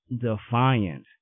defiant